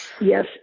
yes